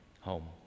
Home